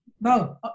No